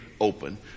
open